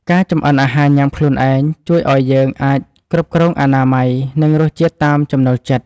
ការចម្អិនអាហារញ៉ាំខ្លួនឯង ជួយឱ្យយើងអាចគ្រប់គ្រងអនាម័យ និងរសជាតិតាមចំណូលចិត្ត។